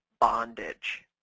bondage